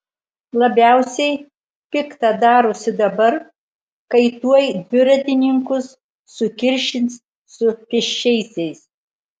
labiausiai pikta darosi dabar kai tuoj dviratininkus sukiršins su pėsčiaisiais